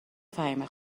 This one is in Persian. فهیمه